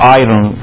iron